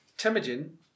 Temujin